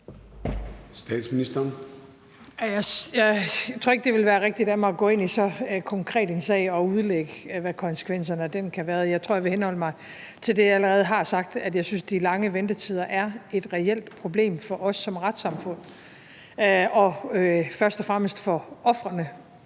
Jeg tror ikke, det vil være rigtigt af mig at gå ind i så konkret en sag og udlægge, hvad konsekvenserne af den kan have været. Jeg tror, jeg vil henholde mig til det, jeg allerede har sagt, nemlig at jeg synes, de lange ventetider er et reelt problem for os som retssamfund og først og fremmest for ofrene